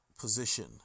position